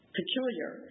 peculiar